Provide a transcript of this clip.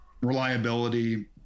reliability